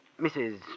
Mrs